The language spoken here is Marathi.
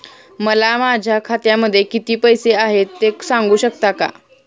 मला माझ्या खात्यामध्ये किती पैसे आहेत ते सांगू शकता का?